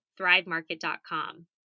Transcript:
thrivemarket.com